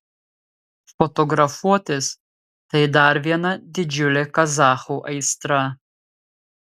fotografuotis tai dar viena didžiulė kazachų aistra